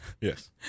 yes